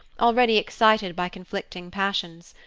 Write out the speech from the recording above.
already excited by conflicting passions.